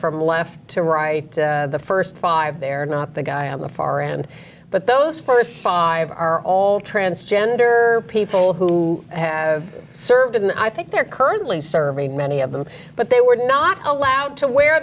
from left to right the first five they're not the guy on the far end but those first five are all transgender people who have served in i think they're currently serving many of them but they were not allowed to wear